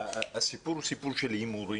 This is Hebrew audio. הסיפור הוא סיפור של הימורים,